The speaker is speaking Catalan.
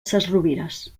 sesrovires